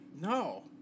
No